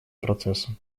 процесса